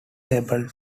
able